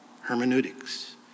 hermeneutics